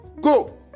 Go